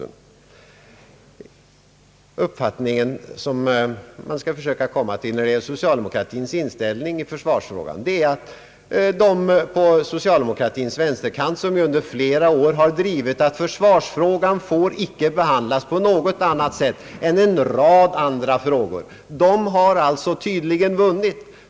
Den uppfattning man kommer fram till när det gäller socialdemokratins in ställning i försvarsfrågan är att de på socialdemokratins vänsterkant, som ju under flera år har propagerat för att försvarsfrågan inte får behandlas på något annat sätt än en rad andra frågor, som tydligen har vunnit.